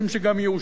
אני כבר מסיים,